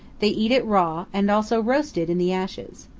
they eat it raw and also roast it in the ashes.